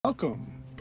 Welcome